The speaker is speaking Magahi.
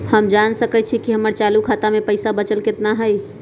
हम जान सकई छी कि हमर चालू खाता में पइसा बचल कितना हई